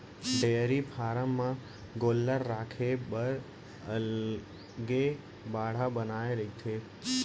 dairy farm म गोल्लर राखे बर अलगे बाड़ा बनाए रथें